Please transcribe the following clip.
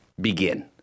Begin